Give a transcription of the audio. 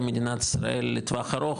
אם מדינת ישראל לטווח ארוך,